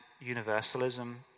universalism